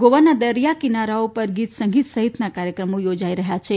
ગોવાના દરિયાકિનારોઓ પર ગીત સંગીત સહિતના કાર્યક્રમો યોજાઇ રહ્યા છે